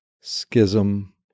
schism